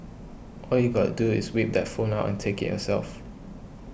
all you got to do is whip that phone out and take it yourself